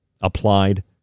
applied